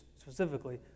specifically